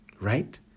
right